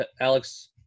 Alex